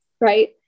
right